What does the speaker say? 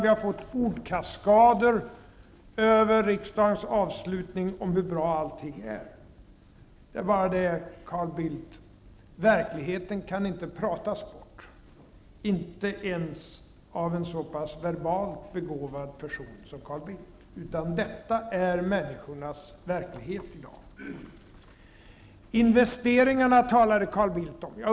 Vi har fått ordkaskader under riksdagens avslutning om hur bra allting är. Men, Carl Bildt, verkligheten kan inte pratas bort -- inte ens av en så pass verbalt begåvad person som Carl Bildt. Detta är människornas verklighet i dag. Carl Bildt talade om investeringarna.